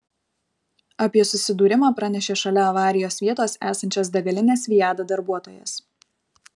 apie susidūrimą pranešė šalia avarijos vietos esančios degalinės viada darbuotojas